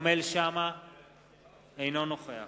אינו נוכח